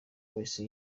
wese